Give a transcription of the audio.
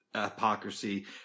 hypocrisy